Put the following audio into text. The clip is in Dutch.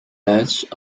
duits